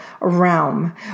realm